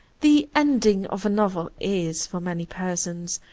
the ending of a novel is, for many persons,